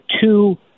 two